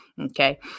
okay